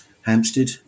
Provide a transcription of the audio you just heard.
Hampstead